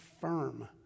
firm